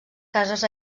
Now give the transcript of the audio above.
cases